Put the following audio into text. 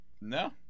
No